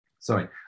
Sorry